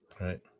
right